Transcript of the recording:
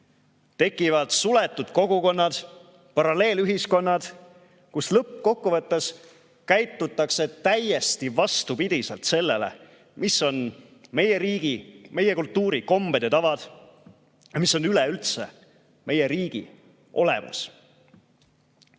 Tekivad suletud kogukonnad, paralleelühiskonnad, kus lõppkokkuvõttes käitutakse täiesti vastupidi sellele, mis on meie riigi, meie kultuuri kombed ja tavad, mis on üleüldse meie riigi olemus.